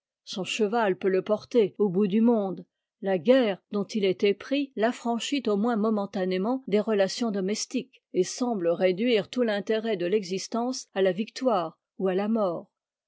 son cheval peut le porter au bout du monde la guerre dont il est épris t'affranchit au moins momentanément des relations domestiques et semble réduire tout l'intérêt de l'existence à la victoire ou à la mort